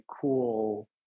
cool